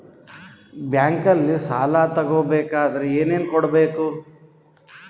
ಬ್ಯಾಂಕಲ್ಲಿ ಸಾಲ ತಗೋ ಬೇಕಾದರೆ ಏನೇನು ಕೊಡಬೇಕು?